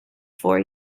four